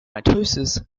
mitosis